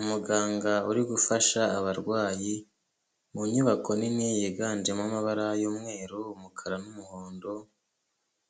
Umuganga uri gufasha abarwayi mu nyubako nini yiganjemo amabara y'umweru ,umukara n'umuhondo,